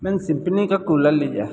मैंने सिम्पनी का कूलर लिया